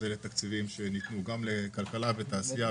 אלה תקציבים שניתנו לכלכלה ותעשייה,